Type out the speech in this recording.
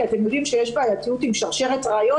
אתם יודעים שיש בעיתיות עם שרשרת ראיות.